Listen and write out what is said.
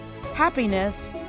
happiness